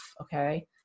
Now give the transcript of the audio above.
okay